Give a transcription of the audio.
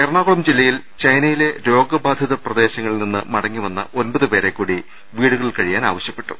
എറണാകുളം ജില്ലയിൽ ചൈനയിലെ രോഗ ബാധിത പ്രദേശ ങ്ങളിൽ നിന്നും മടങ്ങിവന്ന ഒൻപത് പേരെക്കൂടി വീടുകളിൽ കഴി യാൻ ആവശ്യപ്പെട്ടു